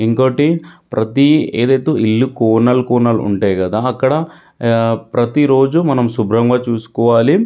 ఇంకోకటి ప్రతి ఏదైతే ఇల్లు కోనలు కోనలు ఉంటాయి కదా అక్కడ ప్రతిరోజు మనం శుభ్రంగా చూసుకోవాలి